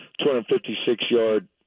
256-yard